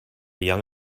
young